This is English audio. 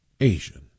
Asian